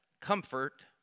comfort